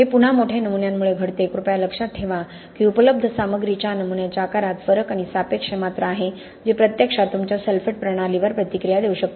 हे पुन्हा मोठ्या नमुन्यांमुळे घडते कृपया लक्षात ठेवा की उपलब्ध सामग्रीच्या नमुन्याच्या आकारात फरक आणि सापेक्ष मात्रा आहे जी प्रत्यक्षात तुमच्या सल्फेट प्रणालीवर प्रतिक्रिया देऊ शकते